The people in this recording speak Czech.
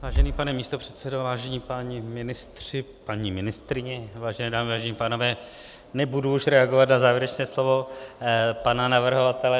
Vážený pane místopředsedo, vážení páni ministry, paní ministryně, vážené dámy, vážení pánové, nebudu už reagovat na závěrečné slovo pana navrhovatele.